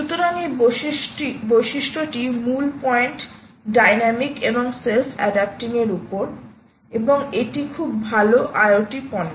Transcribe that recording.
সুতরাং এই বৈশিষ্ট্য টি মূল পয়েন্ট ডাইনামিক এবং সেলফ এডাপটিং এর উপর এবং এটি খুব ভাল IoTপণ্য